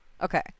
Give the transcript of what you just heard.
Okay